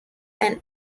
and